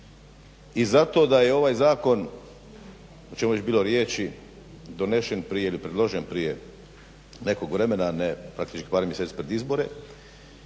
I zato da je ovaj zakon o čemu je već bilo riječi donesen prije, ili predložen prije nekog vremena a ne praktički par mjeseci pred izbore,